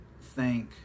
thank